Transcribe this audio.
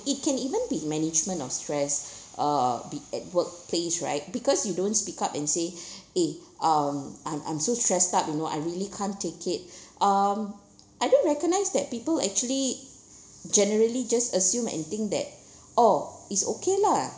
it can even be management of stress uh be at workplace right because you don't speak up and say eh um I'm I'm so stressed up you know I really can't take it um I didn't recognize that people actually generally just assume and think that oh it's okay lah